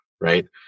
right